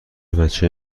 بچه